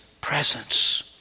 presence